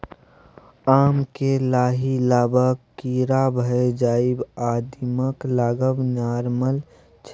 आम मे लाही लागब, कीरा भए जाएब आ दीमक लागब नार्मल छै